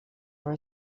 were